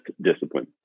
discipline